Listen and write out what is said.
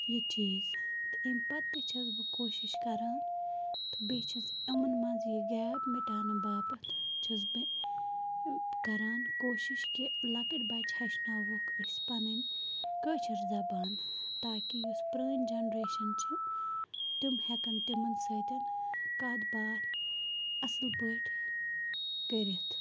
یہِ چیٖز تہٕ اَمۍ پَتہٕ تہِ چھَس بہٕ کوشِش کَران تہٕ بیٚیہِ چھَس یِمَن منٛز یہِ گیپ مِٹانہٕ باپَتھ چھَس بہٕ کَران کوٗشِش کہِ لۄکٕٹۍ بَچہِ ہیٚچھناووکھ أسۍ پَنٕنۍ کٲشِر زَبان تاکہِ یُس پرٛٲنۍ جٮ۪نریشَن چھِ تِم ہٮ۪کَن تِمَن سۭتۍ کَتھ باتھ اَصٕل پٲٹھۍ کٔرِتھ